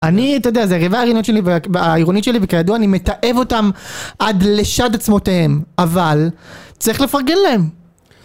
אני, אתה יודע, זה היריבה העירונית שלי, העירונית שלי, וכידוע, אני מתעב אותן עד לשד עצמותיהם, אבל צריך לפרגן להן.